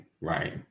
right